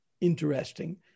interesting